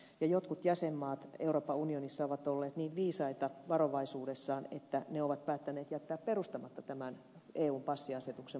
jotkut jäsenmaat euroopan unionissa ovat olleet niin viisaita varovaisuudessaan että ne ovat päättäneet jättää perustamatta tämän eun passiasetuksen mukaisen rekisterin